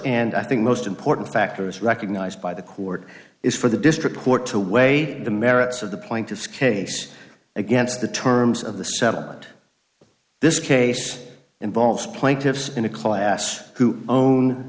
and i think most important factor is recognized by the court is for the district court to weigh the merits of the plaintiff's case against the terms of the settlement this case involves plaintiffs in a class who own